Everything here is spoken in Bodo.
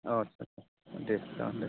अ आच्चा चा दे जागोन दे